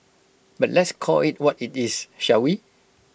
but let's call IT what IT is shall we